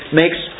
makes